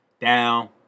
Down